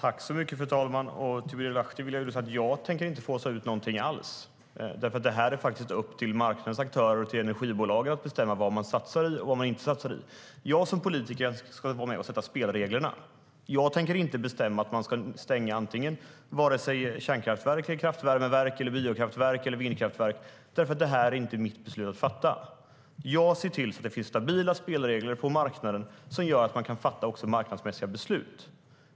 Fru talman! Till Birger Lahti vill jag säga att jag inte tänker fasa ut någonting alls. Det är upp till marknadens aktörer och till energibolagen att bestämma vad de satsar på och inte satsar på. Jag som politiker ska vara med och sätta spelreglerna. Jag tänker inte bestämma att man ska stänga vare sig kärnkraftverk, kraftvärmeverk, biokraftverk eller vindkraftverk, för det är inte mitt beslut att fatta. Jag ser till att det finns stabila spelregler på marknaden som gör att man kan fatta marknadsmässiga beslut.